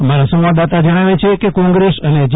અમારા સંવાદદાતા જણાવે છે કે કોંગ્રેસ અને જે